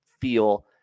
feel